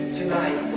tonight